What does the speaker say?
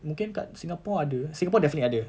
mungkin dekat singapore ada singapore definitely ada